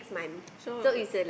so where